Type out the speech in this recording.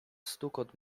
stukot